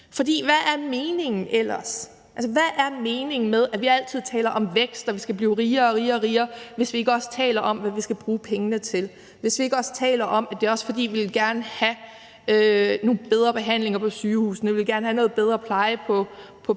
For hvad er meningen ellers? Altså, hvad er meningen med, at vi altid taler om vækst, og at vi skal blive rigere og rigere, hvis vi ikke også taler om, hvad vi skal bruge pengene til, og hvis vi ikke også taler om, at det er, fordi vi gerne vil have nogle bedre behandlinger på sygehusene, at vi gerne vil have noget bedre pleje på